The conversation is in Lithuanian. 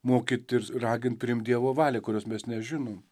mokyt ir ragint priimt dievo valią kurios mes nežinom